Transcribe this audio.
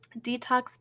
Detox